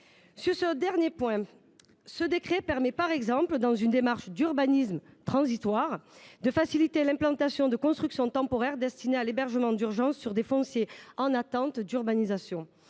d’urgence. Ce décret permet par exemple, dans une démarche d’urbanisme transitoire, de faciliter l’implantation de constructions temporaires destinées à l’hébergement d’urgence sur du foncier en attente d’urbanisation.